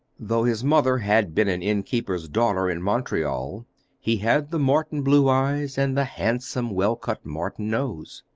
though his mother had been an innkeeper's daughter in montreal he had the morton blue eyes and the handsome well-cut morton nose.